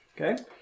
Okay